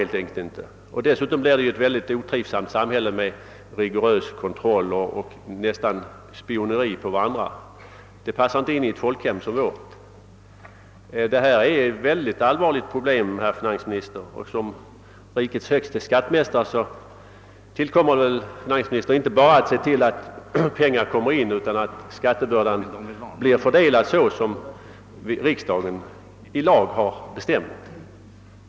Det skulle också bli ett mycket otrivsamt samhälle, om man hade en rigorös kontroll och alla nästan spionerade på varandra. Det passar inte in i ett folkhem som vårt. Detta är ett mycket allvarligt problem, herr finansminister. Det tillkommer finansministern som rikets högste skattmästare att se till inte bara att pengar kommer in, utan också att skattebördan blir fördelad så som riksdagen har bestämt.